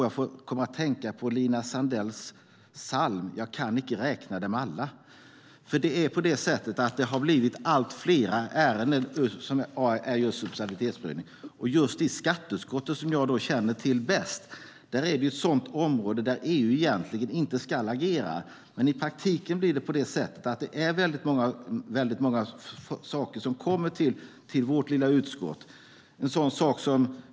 Jag kommer att tänka på Lina Sandells psalm Jag kan icke räkna dem alla , för det har blivit allt fler ärenden som subsidiaritetsprövas. Just det som vi hanterar i skatteutskottet, som jag känner till bäst, är ett sådant område där EU egentligen inte ska agera. Men i praktiken är det väldigt många frågor som kommer till vårt lilla utskott.